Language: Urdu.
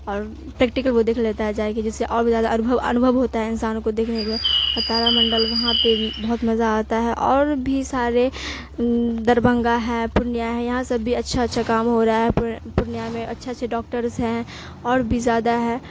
اور پریکٹیکل وہ دیکھ لیتا ہے جائے کہ جس سے اور بھی زیادہ انوبھو انوبھو ہوتا ہے انسان کو دیکھنے میں اور تارا منڈل وہاں پہ بھی بہت مزہ آتا ہے اور بھی سارے دربھنگا ہے پرنیا ہے یہاں سب بھی اچھا اچھا کام ہو رہا ہے پرنیا میں اچھے اچھے ڈاکٹرس ہیں اور بھی زیادہ ہے